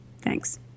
thanks